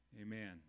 Amen